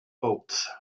oates